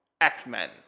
X-Men